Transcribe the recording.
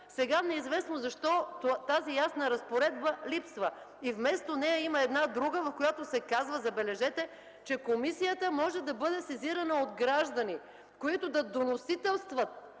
сега неизвестно защо тази ясна разпоредба липсва и вместо нея има една друга, в която се казва, забележете, че комисията може да бъде сезирана от граждани, които да доносителстват